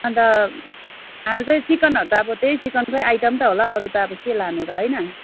अन्त खानु चाहिँ चिकनहरू त अब त्यही चिकनकै आइटम त होला अरू त अब के लानु र होइन